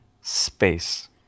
space